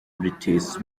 british